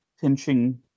pinching